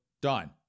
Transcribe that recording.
done